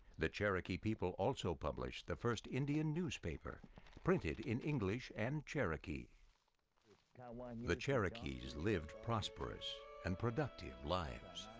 the cherokee people also published the first indian newspaper printed in english and cherokee kind of like the cherokees lived prosperous and productive lives,